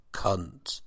cunt